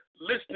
listening